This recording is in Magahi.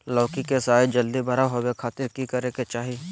लौकी के साइज जल्दी बड़ा होबे खातिर की करे के चाही?